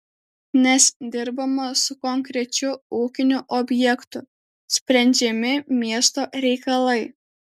nes dirbama su konkrečiu ūkiniu objektu sprendžiami miesto reikalai